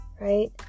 Right